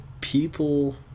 people